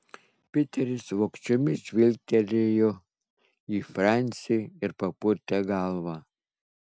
piteris vogčiomis žvilgtelėjo į francį ir papurtė galvą